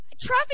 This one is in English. Traffic